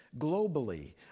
globally